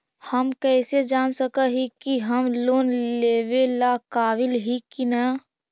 हम कईसे जान सक ही की हम लोन लेवेला काबिल ही की ना?